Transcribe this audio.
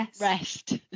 rest